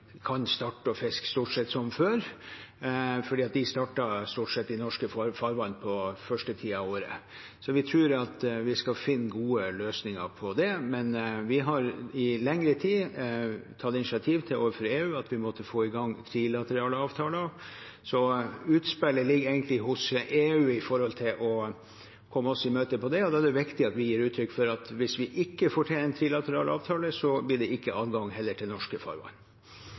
kan starte å fiske stort sett som før, for de starter stort sett i norske farvann den første tiden av året. Så vi tror vi skal finne gode løsninger på det. Men vi har i lengre tid tatt initiativ overfor EU om at vi må få i gang trilaterale avtaler. Utspillet ligger egentlig hos EU for å komme oss i møte på det. Da er det viktig at vi gir uttrykk for at hvis vi ikke får til en trilateral avtale, blir det heller ikke adgang til norske farvann.